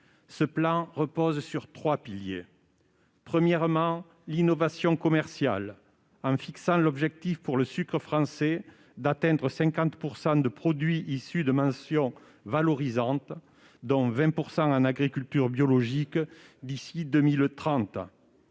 Ce plan repose sur trois piliers. Premier pilier : l'innovation commerciale, en fixant l'objectif pour le sucre français d'atteindre 50 % de produits issus de mentions valorisantes, dont 20 % en agriculture biologique d'ici à 2030.